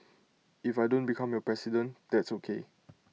if I don't become your president that's O K